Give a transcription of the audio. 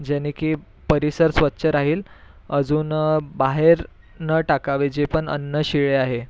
जेणे की परिसर स्वच्छ राहील अजून बाहेर न टाकावे जे पण अन्न शिळे आहे